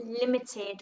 limited